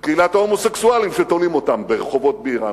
וקהילת ההומוסקסואלים שתולים אותם ברחובות באירן.